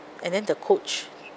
and then the coach